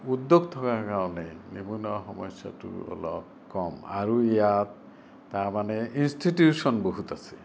উদ্যোগ থকাৰ কাৰণে নিবনুৱা সমস্যাটোৰ অলপ কম আৰু ইয়াত তাৰমানে ইনষ্টিটিউশ্যন বহুত আছে